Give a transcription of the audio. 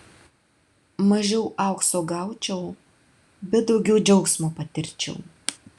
mažiau aukso gaučiau bet daugiau džiaugsmo patirčiau